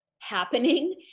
happening